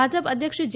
ભાજપ અધ્યક્ષ જે